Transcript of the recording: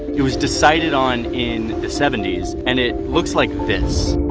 it was decided on in the seventy s and it looks like this.